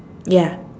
ya